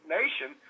nation